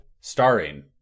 starring